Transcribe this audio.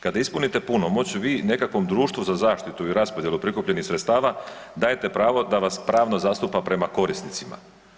Kad ispunite punomoć vi nekakvom društvu za zaštitu i raspodjelu prikupljenih sredstava dajete pravo da vas pravno zastupa prema korisnicima.